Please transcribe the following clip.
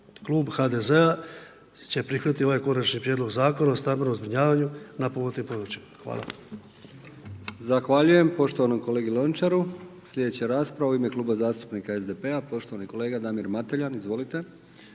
Klub HDZ će prihvatiti ovaj Konačni prijedlog Zakona o stambenom zbrinjavanju na potpomognutim područjima. Hvala. **Brkić, Milijan (HDZ)** Zahvaljujem poštovanom kolegi Lončaru. Sljedeća rasprava u ime Kluba zastupnika SDP-a, poštovani kolega Damir Mateljan. Izvolite.